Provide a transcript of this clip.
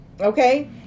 Okay